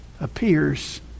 appears